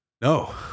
No